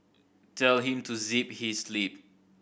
tell him to zip his lip